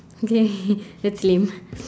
okay that's lame